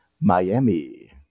Miami